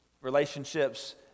relationships